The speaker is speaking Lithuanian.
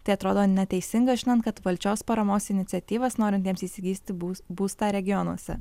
tai atrodo neteisinga žinant kad valdžios paramos iniciatyvas norintiems įsigyti bus būstą regionuose